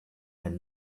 had